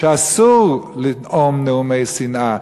שאסור לנאום נאומי שנאה,